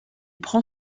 prend